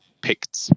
picked